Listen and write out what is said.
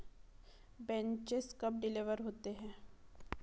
benches कब deliver होते हैं